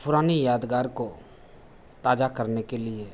पुरानी यादगार को ताज़ा करने के लिए